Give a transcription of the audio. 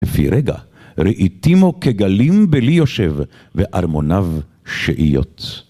ורגע ראיתימו כגלים בלי יושב, וערמוניו שאיות.